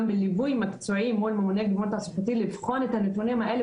גם בליווי מקצועי מול ממוני גיוון תעסוקתי לבחון את הנתונים האלה,